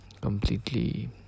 completely